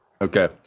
Okay